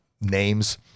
names